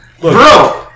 bro